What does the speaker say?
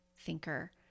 thinker